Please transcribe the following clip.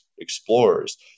explorers